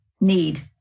need